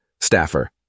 Staffer